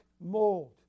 mold